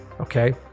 Okay